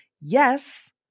Yes